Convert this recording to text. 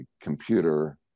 computer